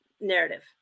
narrative